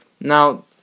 now